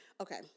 Okay